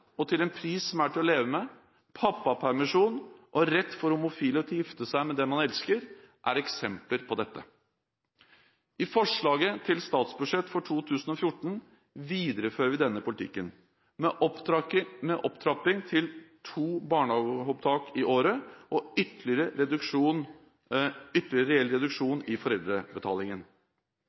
alle, til en pris som er til å leve med, pappapermisjon og rett for homofile til å gifte seg med den man elsker er eksempler på dette. I forslaget til statsbudsjett for 2014 viderefører vi denne politikken, med opptrapping til to barnehageopptak i året og ytterligere reell reduksjon i foreldrebetalingen.